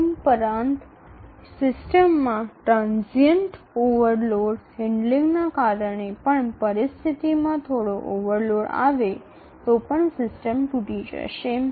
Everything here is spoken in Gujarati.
તદુપરાંત સિસ્ટમમાં ટ્રાનઝિયન્ટ ઓવરલોડ હેન્ડલિંગને કારણે પણ પરિસ્થિતિમાં થોડો ઓવરલોડ આવે તો પણ સિસ્ટમ તૂટી જશે